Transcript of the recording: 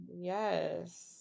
Yes